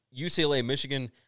UCLA-Michigan